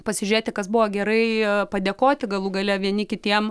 pasižiūrėti kas buvo gerai padėkoti galų gale vieni kitiem